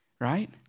right